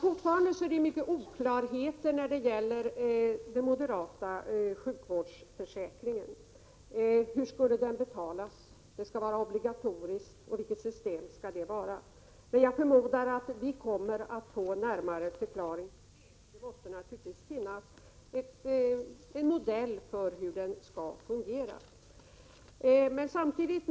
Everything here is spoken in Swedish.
Fortfarande finns det många oklarheter när det gäller den moderata sjukvårdsförsäkringen. Hur skall den betalas? Den skall vara obligatorisk, men vilket system skall man tillämpa? Jag förmodar att vi kommer att få närmare förklaringar. Det måste naturligtvis finnas en modell för hur sjukvårdsförsäkringen skall fungera.